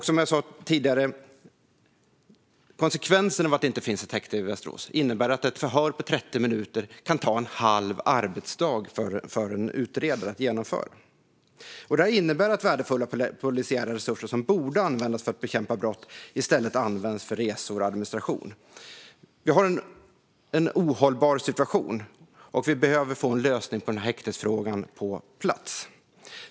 Som jag sa tidigare är konsekvensen av att det inte finns ett häkte i Västerås att ett förhör på 30 minuter kan ta en halv dag att genomföra för en utredare. Detta innebär att värdefulla polisiära resurser, som borde användas för att bekämpa brott, i stället används till resor och administration. Vi har en ohållbar situation, och vi behöver få en lösning på häktesfrågan på plats.